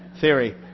theory